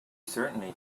certainly